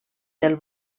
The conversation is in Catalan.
del